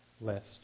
list